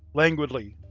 languidly,